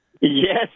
Yes